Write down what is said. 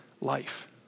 life